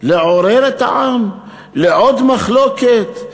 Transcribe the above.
לעורר את העם לעוד מחלוקת,